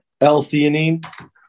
L-theanine